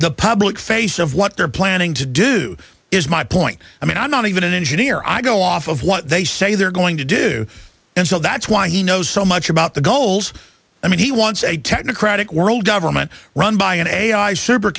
the public face of what they're planning to do is my point i mean i'm not even an engineer i go off of what they say they're going to do and so that's why he knows so much about the goals i mean he wants a technocratic world government run by an a